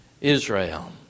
Israel